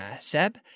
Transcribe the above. Seb